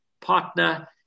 partner